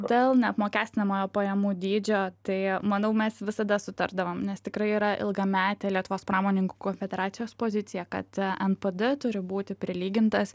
dėl neapmokestinamojo pajamų dydžio tai manau mes visada sutardavom nes tikrai yra ilgametė lietuvos pramoninkų konfederacijos pozicija kad npd turi būti prilygintas